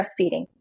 breastfeeding